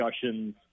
discussions